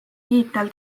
tiitel